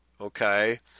Okay